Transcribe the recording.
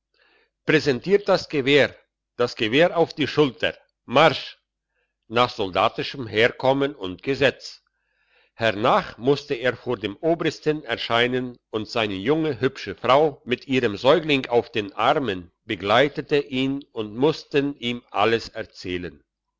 präsentiert das gewehr das gewehr auf die schulter marsch nach soldatischem herkommen und gesetz hernach musste er vor dem obristen erscheinen und seine junge hübsche frau mit ihrem säugling auf den armen begleitete ihn und mussten ihm alles erzählen